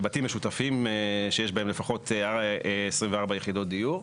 בבתים משותפים שיש בה לפחות 24 יחידות דיור,